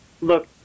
look